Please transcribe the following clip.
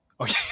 Okay